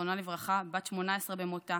זכרה לברכה, בת 18 במותה,